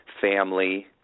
family